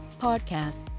podcasts